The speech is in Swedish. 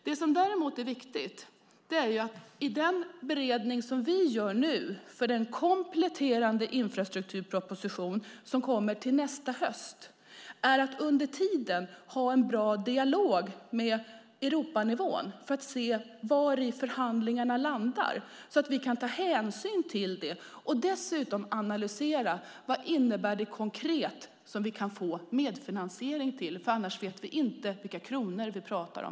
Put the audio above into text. Det som däremot är viktigt är att vi i den beredning som vi nu gör inför den kompletterande infrastrukturproposition som kommer till nästa höst under tiden har en bra dialog med Europanivån för att se vari förhandlingarna landar så att vi kan ta hänsyn till det och dessutom analysera vad det innebär konkret som vi kan få medfinansiering till. Annars vet vi inte alls vilka kronor vi pratar om.